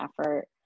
effort